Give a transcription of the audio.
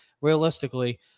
realistically